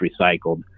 recycled